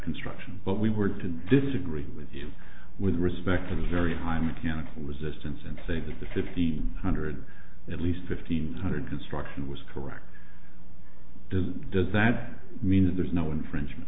construction but we were to disagree with you with respect to the very high mechanical resistance and say that the fifteen hundred at least fifteen hundred construction was correct does does that mean there's no infringement